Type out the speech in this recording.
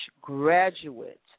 graduate